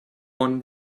one